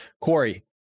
Corey